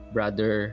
Brother